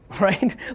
right